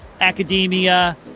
academia